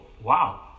wow